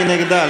מי נגדה?